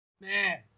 Man